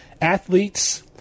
athletes